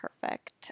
Perfect